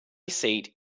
seat